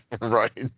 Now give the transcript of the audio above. Right